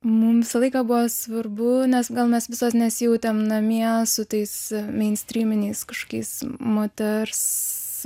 mum visą laiką buvo svarbu nes gal mes visos nesijautėm namie su tais meinstryminiais kažkokiais moters